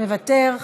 מוותר,